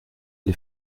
ein